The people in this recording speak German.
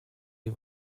die